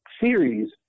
series